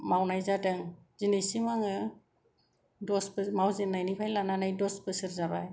मावनाय जादों दिनैसिम आङो मावजेननायनिफ्राय लानानै दस बोसोर जाबाय